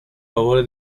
favore